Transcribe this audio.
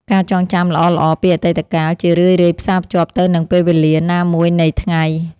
ការចងចាំល្អៗពីអតីតកាល ជារឿយៗផ្សារភ្ជាប់ទៅនឹងពេលវេលាណាមួយនៃថ្ងៃ។